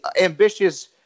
ambitious